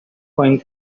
going